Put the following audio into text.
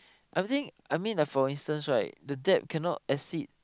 everything I mean like for instance right the debt cannot exceed